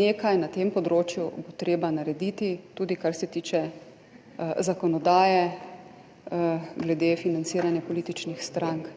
nekaj bo na tem področju treba narediti, tudi kar se tiče zakonodaje glede financiranja političnih strank.